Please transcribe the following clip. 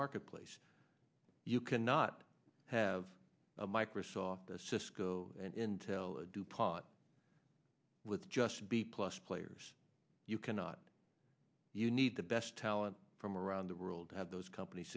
marketplace you cannot have microsoft cisco and intel dupont with just be plus players you cannot you need the best talent from around the world to have those companies